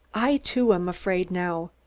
i, too, am afraid now.